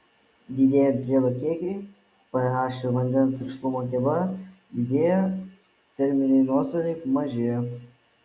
didėjant priedo kiekiui ph ir vandens rišlumo geba didėjo terminiai nuostoliai mažėjo